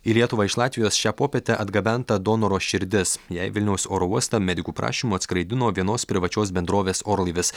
į lietuvą iš latvijos šią popietę atgabenta donoro širdis ją į vilniaus oro uosto medikų prašymu atskraidino vienos privačios bendrovės orlaivis